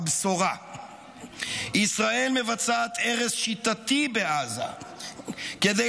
הבשורה"; "ישראל מבצעת הרס שיטתי בעזה כדי